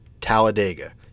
Talladega